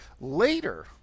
Later